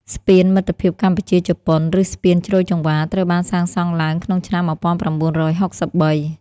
ស្ពានមិត្តភាពកម្ពុជា-ជប៉ុន ឬស្ពានជ្រោយចង្វារ ត្រូវបានសាងសង់ឡើងក្នុងឆ្នាំ ១៩៦៣។